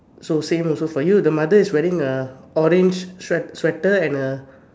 so same also for you the mother is wear a orange sweat~ sweater and a